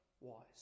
wise